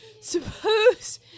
suppose